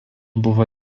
buvo